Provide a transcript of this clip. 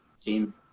team